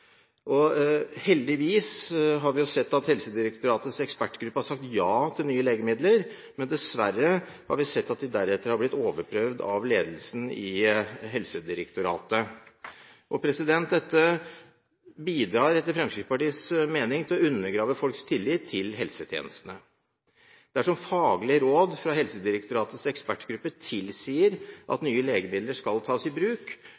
Heldigvis har vi sett at Helsedirektoratets ekspertgruppe har sagt ja til nye legemidler, men dessverre har vi sett at de deretter har blitt overprøvd av ledelsen i Helsedirektoratet. Dette bidrar, etter Fremskrittspartiets mening, til å undergrave folks tillit til helsetjenestene. Dersom faglige råd fra Helsedirektoratets ekspertgruppe tilsier at nye legemidler skal tas i bruk,